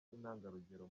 intangarugero